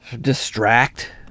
distract